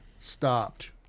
Stopped